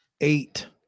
eight